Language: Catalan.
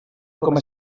coma